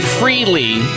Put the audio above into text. Freely